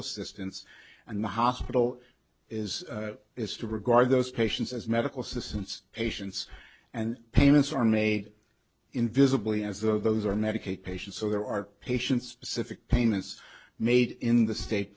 assistance and the hospital is is to regard those patients as medical assistants patients and payments are made invisibly as though those are medicaid patients so there are patients specific payments made in the state